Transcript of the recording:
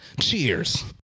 Cheers